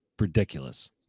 ridiculous